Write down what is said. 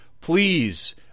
Please